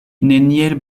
neniel